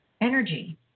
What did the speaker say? energy